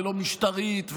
ולא משטרית,